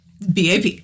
BAP